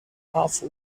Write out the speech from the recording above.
awful